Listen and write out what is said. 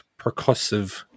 percussive